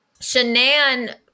Shanann